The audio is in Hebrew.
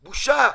בושה.